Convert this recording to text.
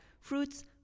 fruits